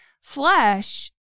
flesh